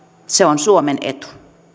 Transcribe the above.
se on suomen etu